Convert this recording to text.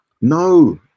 No